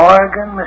Oregon